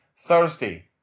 Thursday